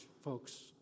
folks